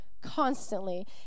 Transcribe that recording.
constantly